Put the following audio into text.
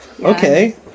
Okay